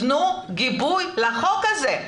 תנו גיבוי לחוק הזה.